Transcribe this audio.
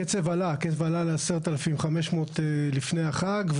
קצב עלה ל-10,500 לפני החג.